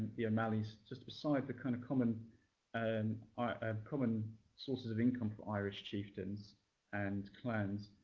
the o'malleys, just beside the kind of common and ah um common sources of income for irish chieftains and clans,